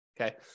Okay